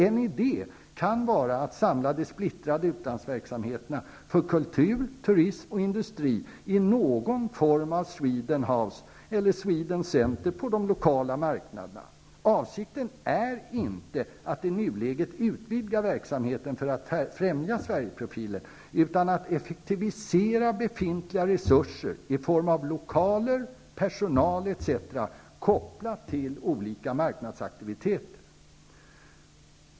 En idé kan vara att samla de splittrade utlandsverksamheterna för kultur, turism och industri i någon form av ''Sweden House'' eller ''Sweden Center'' på de lokala marknaderna. Avsikten är inte att i nuläget utvidga verksamheterna för att främja Sverigeprofilen, utan att effektivisera befintliga resurser i form av lokaler, personal etc. kopplat till olika marknadsaktiviteter.